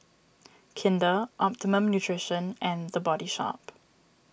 Kinder Optimum Nutrition and the Body Shop